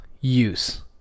use